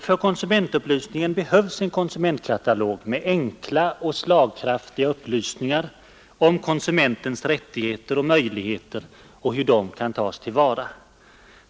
För konsumentupplysningen behövs en konsumentkatalog med enkla och slagkraftiga upplysningar om konsumentens rättigheter och möjligheter och hur de kan tas till vara.